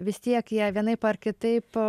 vis tiek jie vienaip ar kitaip